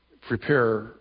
prepare